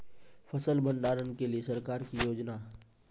फसल भंडारण के लिए सरकार की योजना?